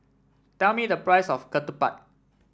tell me the price of Ketupat